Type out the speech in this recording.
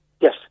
Yes